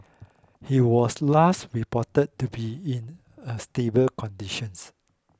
he was last reported to be in a stable conditions